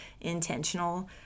intentional